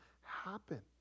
happen